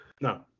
No